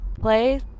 play